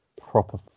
proper